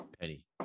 penny